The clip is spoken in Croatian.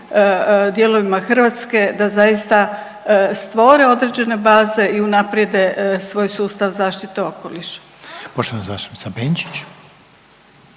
dijelovima Hrvatske da zaista stvore određene baze i unaprijede svoj sustav zaštite okoliša. **Reiner, Željko